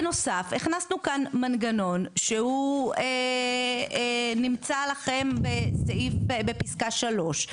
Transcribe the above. בנוסף הכנסנו כאן מנגנון שהוא נמצא לכם בסעיף בפסקה 3,